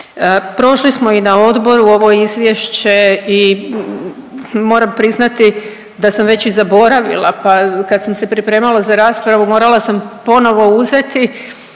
Prošli smo i na odboru ovo izvješće i moram priznati da sam već i zaboravila, pa kad sam se pripremala za raspravu morala sam ponovo uzeti